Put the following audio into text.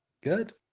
good